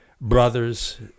brothers